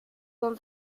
con